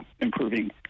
improving